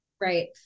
Right